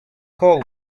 call